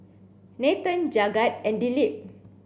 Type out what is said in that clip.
Nathan Jagat and Dilip